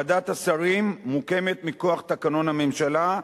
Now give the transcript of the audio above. ועדת השרים מוקמת מכוח תקנון הממשלה,